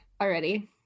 already